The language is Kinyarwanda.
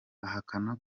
ahakana